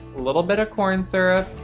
little bit of corn syrup,